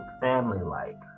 family-like